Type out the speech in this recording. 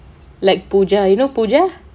like pooja you know pooja